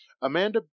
amanda